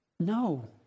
No